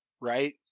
right